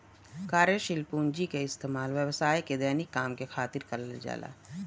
कार्यशील पूँजी क इस्तेमाल व्यवसाय के दैनिक काम के खातिर करल जाला